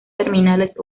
terminales